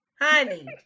honey